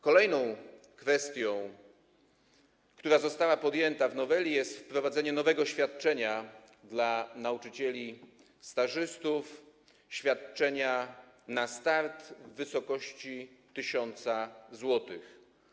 Kolejną kwestią, która została podjęta w noweli, jest wprowadzenie nowego świadczenia dla nauczycieli stażystów, świadczenia na start w wysokości 1 tys. zł.